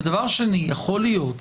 דבר שני, יכול להיות